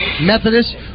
Methodist